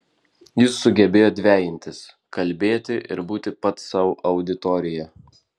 jis sugebėjo dvejintis kalbėti ir būti pats sau auditorija